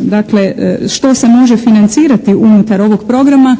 dakle što se može financirati unutar ovog programa,